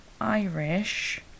Irish